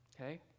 okay